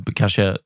kanske